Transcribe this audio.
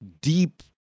deep